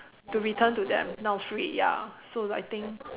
to return to them now is free ya so I think